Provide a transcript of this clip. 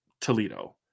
Toledo